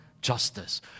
justice